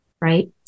right